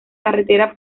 carretera